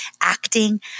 acting